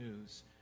news